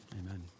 Amen